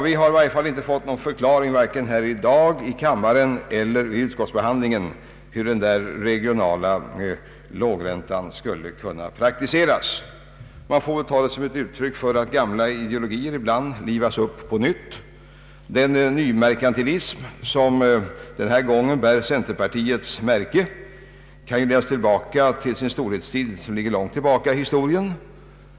Vi har, som sagt, inte fått någon förklaring vare sig i dag här i kammaren eller vid utskottsbehandlingen till hur den regionala lågräntan skulle kunna praktiseras. Man får väl ta det som ett uttryck för att gamla ideologier ibland livas upp på nytt. Den nymerkantilism som denna gång bär centerpartiets märke kan ledas tillbaka till sin storhetstid för mycket länge sedan.